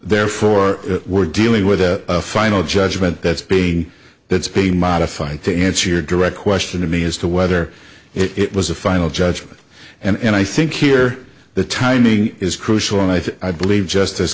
therefore we're dealing with a final judgment that's being that's being modified to answer your direct question to me as to whether it was a final judgment and i think here the timing is crucial and i think i believe justice